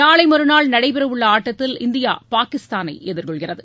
நாளைமறுநாள் நடைபெறவுள்ளஆட்டத்தில் இந்தியா பாகிஸ்தானைஎதிர்கொள்கிறது